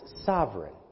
sovereign